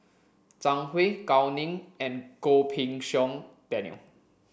Zhang Hui Gao Ning and Goh Pei Siong Daniel